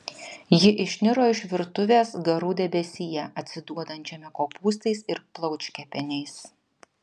ji išniro iš virtuvės garų debesyje atsiduodančiame kopūstais ir plaučkepeniais